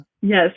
Yes